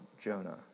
Jonah